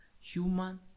human